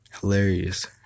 Hilarious